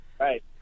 Right